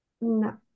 No